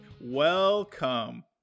Welcome